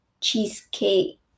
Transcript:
cheesecake